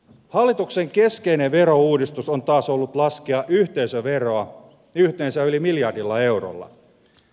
hallituksen keskeinen verouudistus on taas ollut laskea yhteisöveroa yhteensä yli miljardilla eurolla